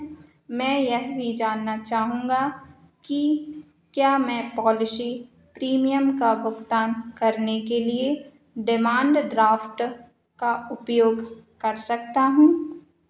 मैं यह भी जानना चाहूँगा कि क्या मैं पॉलिसी प्रीमियम का भुगतान करने के लिए डिमाण्ड ड्राफ्ट का उपयोग कर सकता हूँ